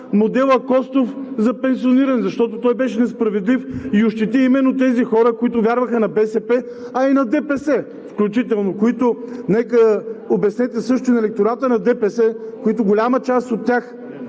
модела „Костов“ за пенсиониране, защото той беше несправедлив и ощети именно тези хора, които вярваха на БСП, а и на ДПС включително. Обяснете също и на електората на ДПС, голяма част от